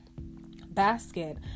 basket